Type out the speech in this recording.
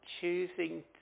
choosing